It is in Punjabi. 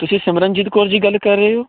ਤੁਸੀਂ ਸਿਮਰਨਜੀਤ ਕੌਰ ਜੀ ਗੱਲ ਕਰ ਰਹੇ ਹੋ